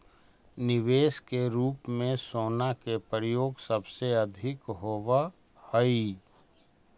निवेश के रूप में सोना के प्रयोग सबसे अधिक होवऽ हई